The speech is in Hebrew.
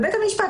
בית המשפט,